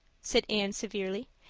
said anne severely.